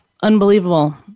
unbelievable